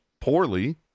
poorly